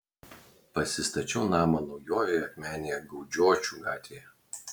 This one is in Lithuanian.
pasistačiau namą naujojoje akmenėje gaudžiočių gatvėje